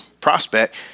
prospect